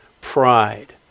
Pride